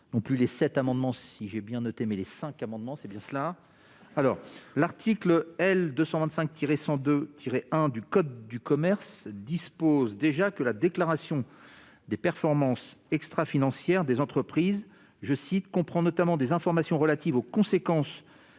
non plus les cet amendement si j'ai bien noté mais les 5 amendements, c'est bien cela. Alors l'article L 225 tiré sans de tirer un du Code du commerce dispose déjà que la déclaration des performance extra-financière des entreprises, je cite, comprend notamment des informations relatives aux conséquences